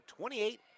28